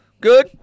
Good